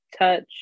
touch